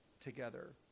together